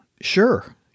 Sure